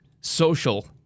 Social